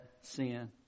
sin